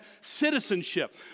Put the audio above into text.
citizenship